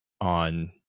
on